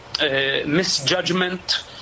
misjudgment